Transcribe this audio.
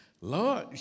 Lord